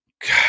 God